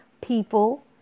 people